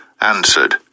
answered